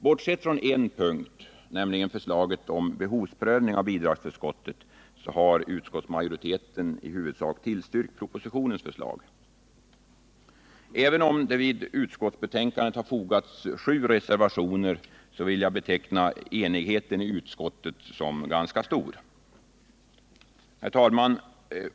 Bortsett från en punkt, nämligen förslaget om behovsprövning av bidragsförskott, har utskottsmajoriteten i huvudsak tillstyrkt propositionens förslag. Även om det till utskottsbetänkandet har fogats sju reservationer, vill jag beteckna enigheten i utskottet som ganska stor.